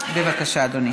בבקשה, אדוני,